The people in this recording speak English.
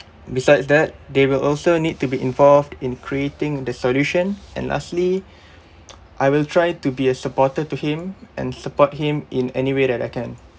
besides that they will also need to be involved in creating the solution and lastly I will try to be a supporter to him and support him in any way that I can